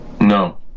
No